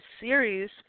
series